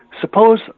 Suppose